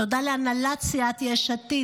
תודה להנהלת סיעת יש עתיד,